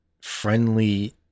friendly